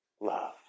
love